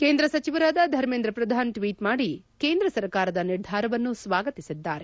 ಕೇಂದ್ರ ಸಚಿವ ಧಮೇಂದ್ರ ಪ್ರಧಾನ್ ಟ್ವೀಟ್ ಮಾಡಿ ಕೇಂದ್ರ ಸರಕಾರದ ನಿರ್ಧಾರವನ್ನು ಸ್ವಾಗತಿಸಿದ್ದಾರೆ